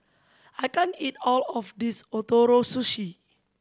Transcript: I can't eat all of this Ootoro Sushi